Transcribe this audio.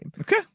Okay